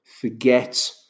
forget